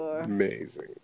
Amazing